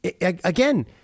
again